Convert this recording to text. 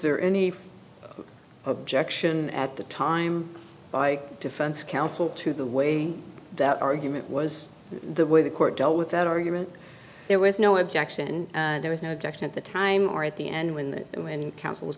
there any objection at the time by defense counsel to the way that argument was the way the court dealt with that argument there was no objection there was no objection at the time or at the end when that when c